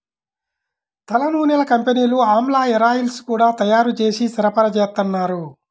తలనూనెల కంపెనీలు ఆమ్లా హేరాయిల్స్ గూడా తయ్యారు జేసి సరఫరాచేత్తన్నారు